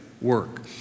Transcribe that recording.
work